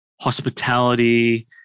hospitality